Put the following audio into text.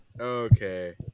Okay